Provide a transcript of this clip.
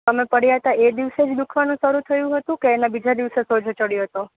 તમે પડયા તા એ દિવસે જ દુખવાનું શરૂ થયુ હતુ કે એના બીજા દિવસે સોજો ચડયો હતો